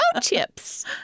Chips